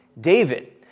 David